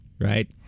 Right